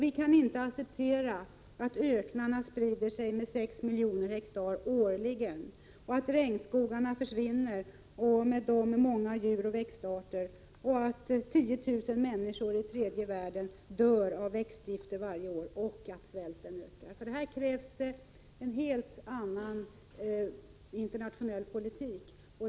Vi kan inte acceptera att öknarna ökar med 6 milj. ha årligen, att regnskogarna försvinner och med dem många djuroch växtarter, att tiotusen människor i tredje världen dör av växtgifter varje år och att svälten ökar. För detta krävs en helt annan internationell politik.